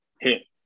hit